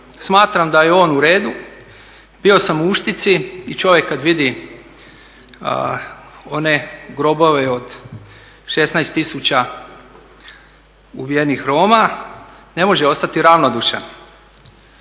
smatram da je on u redu, bio sam u Uštici, i čovjek kad vidi one grobove od 16 tisuća ubijenih Roma ne može ostati ravnodušan.